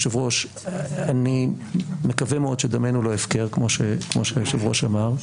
אני מקווה מאוד שדמנו לא הפקר כמו שהיושב-ראש אמר.